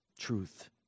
Truth